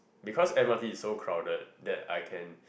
because M_R_T is so crowded that I can